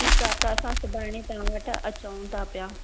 ठीकु आहे त असां सुभाणे तव्हां वटि अचूं त पिया